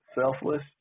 Selfless